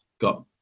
got